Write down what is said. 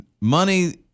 Money